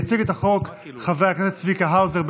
יציג את החוק חבר הכנסת צביקה האוזר.